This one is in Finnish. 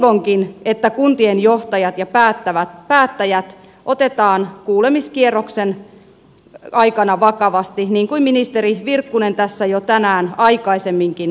toivonkin että kuntien johtajat ja päättäjät otetaan kuulemiskierroksen aikana vakavasti niin kuin ministeri virkkunen tässä jo tänään aikaisemminkin lupaili